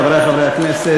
חברי חברי הכנסת,